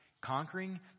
Conquering